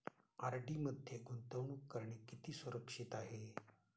RD मध्ये गुंतवणूक करणे किती सुरक्षित आहे?